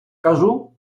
кажу